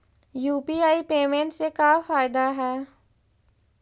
UPI payment से का फायदा है?